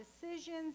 decisions